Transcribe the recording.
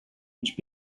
which